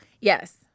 Yes